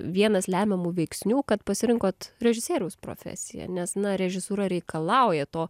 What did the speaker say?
vienas lemiamų veiksnių kad pasirinkot režisieriaus profesiją nes na režisūra reikalauja to